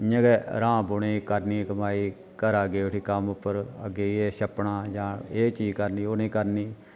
इ'यां गै हरामपुने दी करनी कमाई घरै दा गे उठी कम्म उप्पर अग्गें जाइयै छप्पना जां एह् चीज करनी ओह् निं करनी